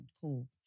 Cool